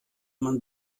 man